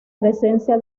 presencia